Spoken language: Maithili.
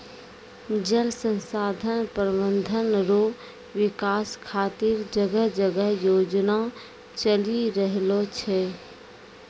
जल संसाधन प्रबंधन रो विकास खातीर जगह जगह योजना चलि रहलो छै